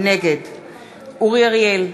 נגד אורי אריאל,